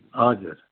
हजुर